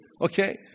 Okay